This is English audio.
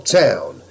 town